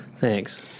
Thanks